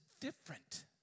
different